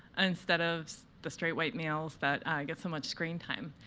instead of the straight white males that get so much screen time.